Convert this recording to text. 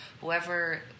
whoever